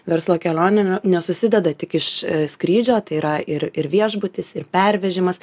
verslo kelionė nesusideda tik iš skrydžio tai yra ir ir viešbutis ir pervežimas